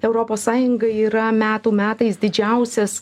europos sąjunga yra metų metais didžiausias